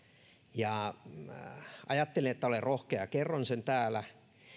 ajattelin että olen rohkea ja kerron sen täällä